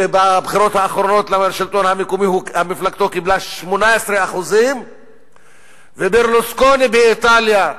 ובבחירות האחרונות לשלטון המקומי מפלגתו קיבלה 18%; ברלוסקוני באיטליה,